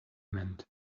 meant